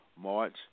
March